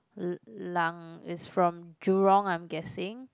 Lang is from Jurong I'm guessing